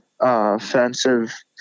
offensive